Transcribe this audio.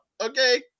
okay